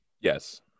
Yes